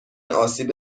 آسیب